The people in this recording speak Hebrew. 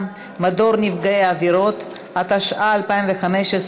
התשע"ה 2015,